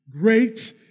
Great